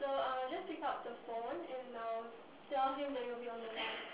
so I'll just pick up the phone and uh tell him that you'll be on the line